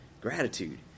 Gratitude